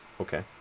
Okay